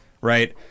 Right